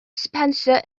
spencer